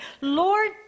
Lord